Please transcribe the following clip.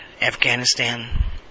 Afghanistan